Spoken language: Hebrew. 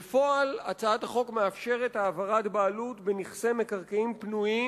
בפועל הצעת החוק מאפשרת העברת בעלות בנכסי מקרקעין פנויים,